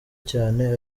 cyane